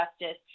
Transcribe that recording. justice